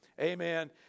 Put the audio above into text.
Amen